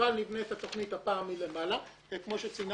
אבל נבנה את התוכנית מלמעלה וכמו שציינה